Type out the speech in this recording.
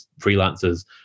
freelancers